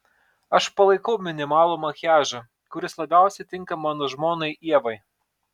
aš palaikau minimalų makiažą kuris labiausiai tinka mano žmonai ievai